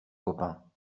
copain